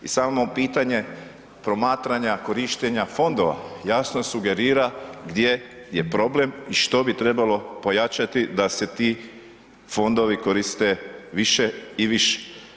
I samo pitanje promatranja korištenja fondova jasno sugerira gdje je problem i što bi trebalo pojačati da se ti fondovi koriste više i više.